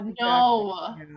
No